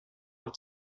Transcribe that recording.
noch